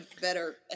better